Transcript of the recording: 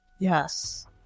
yes